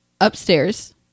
upstairs